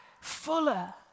fuller